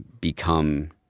become